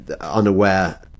unaware